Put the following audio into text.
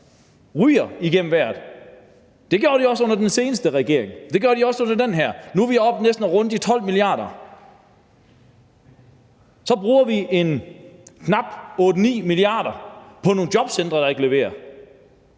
ryger igennem taget – det gjorde de også under den seneste regering, og det gør de også under den her. Nu er vi næsten oppe at runde de 12 mia. kr. Så bruger vi 8-9 mia. kr. på nogle jobcentre, der ikke leverer.